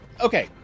Okay